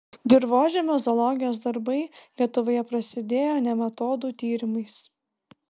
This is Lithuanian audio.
dirvožemio zoologijos darbai lietuvoje prasidėjo nematodų tyrimais